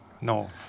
No